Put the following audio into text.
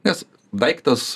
nes daiktas